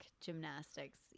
gymnastics